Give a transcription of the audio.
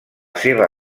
seva